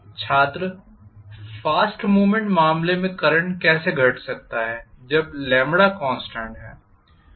छात्र fast movement मामले में करंट कैसे घट सकता है जब कॉन्स्टेंट है